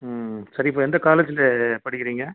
ம் சரி இப்போ எந்த காலேஜ்ஜில் படிக்கிறீங்க